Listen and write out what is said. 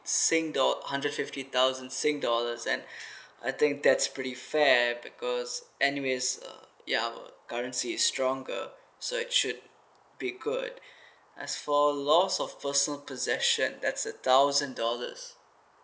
sing do~ hundred fifty thousand sing dollars and I think that's pretty fair because anyways uh ya currency stronger so it should be good as for loss of personal possession that's a thousand dollars